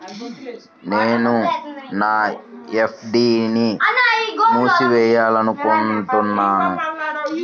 నేను నా ఎఫ్.డీ ని మూసివేయాలనుకుంటున్నాను